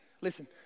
Listen